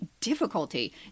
difficulty